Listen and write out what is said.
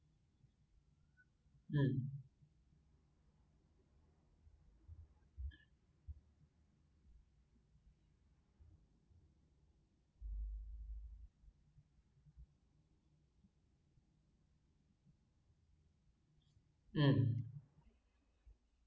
um